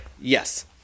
Yes